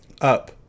Up